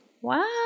Wow